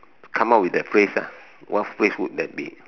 come up with that phrase ah what phrase would that be